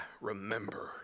remember